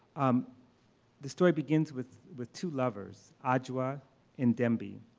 um the story begins with with two lovers, adjua and dembi,